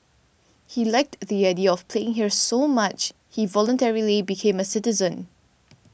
he liked the idea of playing here so much he voluntarily became a citizen